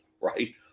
right